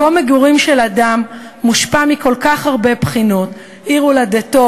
מקום מגורים של אדם מושפע מכל כך הרבה בחינות: עיר הולדתו,